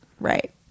Right